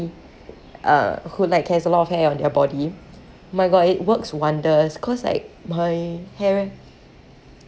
uh who like has a lot of hair on their body my god it works wonders cause like my hair